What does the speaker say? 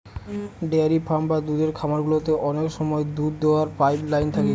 dairy farm বা দুধের খামার গুলোতে অনেক সময় দুধ দোওয়ার পাইপ লাইন থাকে